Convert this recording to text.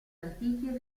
antichi